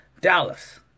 Dallas